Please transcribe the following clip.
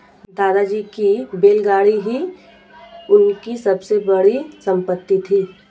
दादाजी की बैलगाड़ी ही उनकी सबसे बड़ी संपत्ति थी